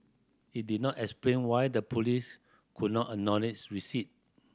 it did not explain why the police could not acknowledge receipt